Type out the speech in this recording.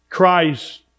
Christ